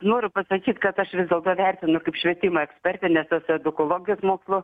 noriu pasakyt kad aš vis dėlto vertinu kaip švietimo ekspertė nes esu edukologijos mokslo